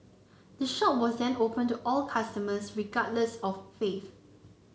the shop was then opened to all customers regardless of faith